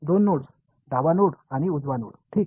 2 nodes डावा node आणि उजवा नोड ठीक